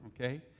okay